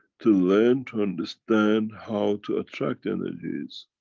to learn to understand how to attract energies,